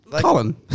Colin